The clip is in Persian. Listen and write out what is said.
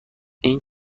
این